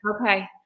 okay